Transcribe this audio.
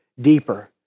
deeper